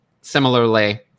similarly